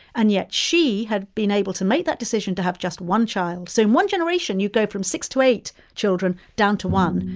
and yet she had been able to make that decision to have just one child. so in one generation, you go from six to eight children down to one.